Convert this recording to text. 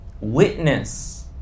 witness